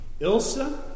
Ilsa